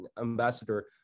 Ambassador